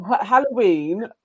Halloween